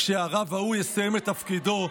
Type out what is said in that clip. כשהרב ההוא יסיים את תפקידו,